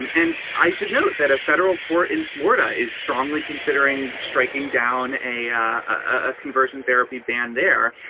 and and i should note that a federal court in florida is strongly considering striking down a ah a conversion therapy ban there.